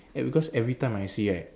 eh because every time I see right